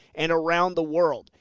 and around the world.